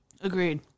Agreed